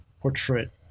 portrait